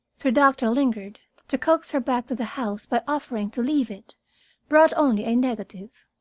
through doctor lingard, to coax her back to the house by offering to leave it brought only a negative.